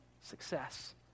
success